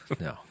No